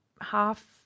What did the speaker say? half